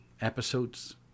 episodes